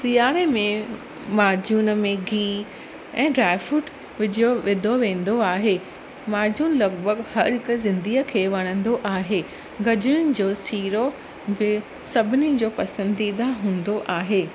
सीआरे में माजून में गिह ऐं ड्राइ फ्रूट विझियो विधो वेंदो आहे माजून लॻभॻि हर हिक सिंधीअ खे वणंदो आहे गजरुनि जो सीरो बि सभिनीनि जो पसंदीदा हूंदो आहे